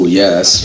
yes